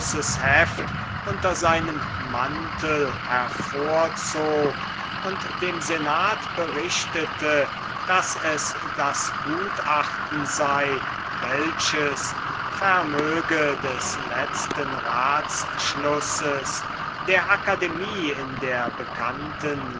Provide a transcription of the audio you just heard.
unter seinem mantel hervorzog und dem senat berichtete daß es das gutachten sei welches vermöge des letzten ratsschlusses der akademie in der bekannten